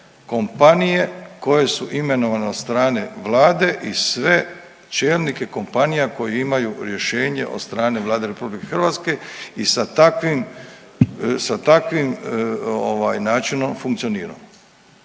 kompanije koje su imenovane od strane Vlade i sve čelnike kompanija koji imaju rješenje od strane Vlade Republike Hrvatske i sa takvim načinom funkcioniramo.